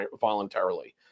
voluntarily